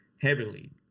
heavily